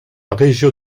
région